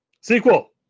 Sequel